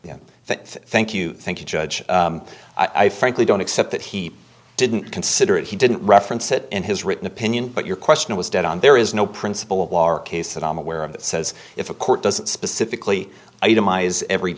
that thank you thank you judge i frankly don't accept that he didn't consider it he didn't reference it in his written opinion but your question was dead on there is no principle or case that i'm aware of that says if a court doesn't specifically itemize every